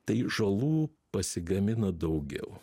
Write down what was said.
tai žalų pasigamina daugiau